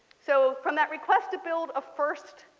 so from that request to build a first